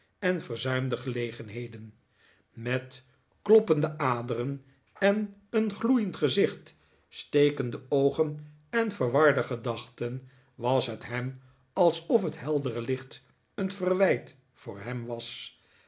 en verzuimde gelegenheden met kloppende aderen en een gloeiend gezicht stekende oogen en verwarde gedachten was het hem alsof het heldere licht een verwijt voor hem was